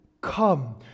Come